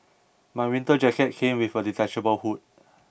my winter jacket came with a detachable hood